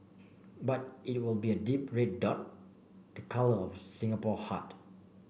but it will be a deep red dot the colour of the Singapore heart